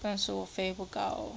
但是我飞不高